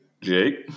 Jake